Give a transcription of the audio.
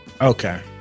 Okay